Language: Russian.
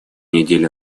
недели